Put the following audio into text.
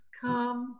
come